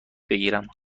بگیرم